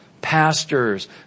pastors